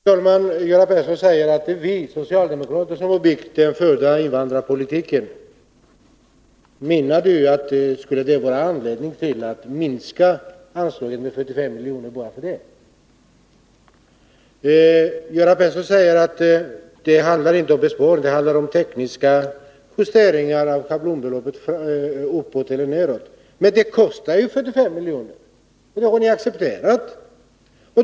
Herr talman! Göran Persson säger att det är socialdemokraterna som har byggt upp hemspråksundervisningen genom den invandrarpolitik de fört. Menar Göran Persson att det därför skulle vara anledning att nu minska anslaget med 75 miljoner? Det handlar inte om besparing, utan om tekniska justeringar av schablonbeloppet uppåt eller nedåt, säger Göran Persson vidare. Men detta kostar ju 75 miljoner, och det har ni accepterat.